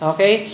Okay